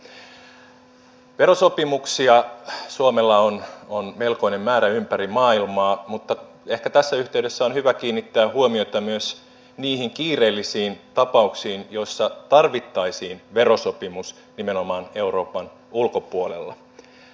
verosopimuksia suomella on melkoinen määrä ympäri maailmaa mutta ehkä tässä yhteydessä on hyvä kiinnittää huomiota myös niihin kiireellisiin tapauksiin joissa tarvittaisiin verosopimus nimenomaan euroopan ulkopuolella